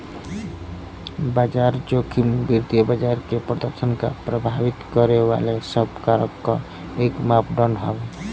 बाजार जोखिम वित्तीय बाजार के प्रदर्शन क प्रभावित करे वाले सब कारक क एक मापदण्ड हौ